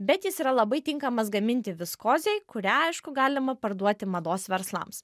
bet jis yra labai tinkamas gaminti viskozei kurią aišku galima parduoti mados verslams